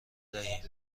دهیم